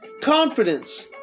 Confidence